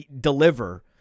deliver